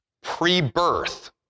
pre-birth